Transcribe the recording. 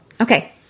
Okay